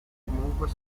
comunque